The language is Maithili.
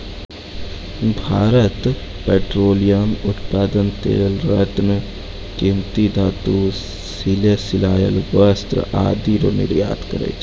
भारत पेट्रोलियम उत्पाद तेल रत्न कीमती धातु सिले सिलायल वस्त्र आदि रो निर्यात करै छै